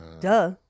Duh